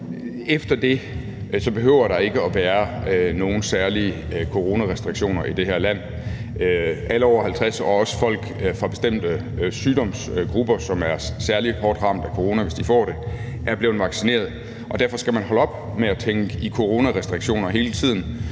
efter det behøver der ikke at være nogen særlige coronarestriktioner i det her land. Alle over 50 år og også folk fra bestemte sygdomsgrupper, som bliver særlig hårdt ramt af corona, hvis de får det, er blevet vaccineret, og derfor skal man holde op med at tænke i coronarestriktioner hele tiden.